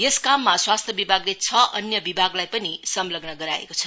यस काममा स्वास्थ्य विभागले छ अन्य विभागलाई पनि संलग्न गराएको छ